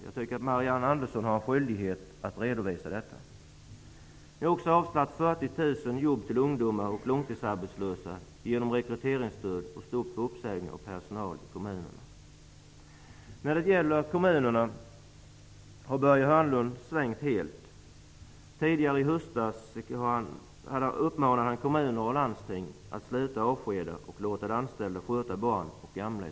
Jag tycker att Marianne Andersson har en skyldighet att besvara den frågan. När det gäller kommunerna har Börje Hörnlund svängt helt. Tidigare i höstas uppmanade han kommuner och landsting att sluta avskeda och i stället låta de anställda sköta barn och gamla.